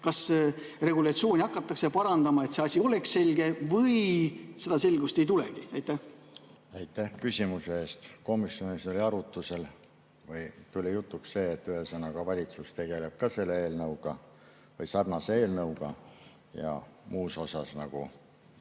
Kas regulatsiooni hakatakse parandama, et see asi oleks selge, või seda selgust ei tulegi? Aitäh küsimuse eest! Komisjonis oli arutlusel või tuli jutuks see, ühesõnaga, et ka valitsus tegeleb selle eelnõuga või sarnase eelnõuga. Muus osas nagu